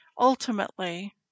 Ultimately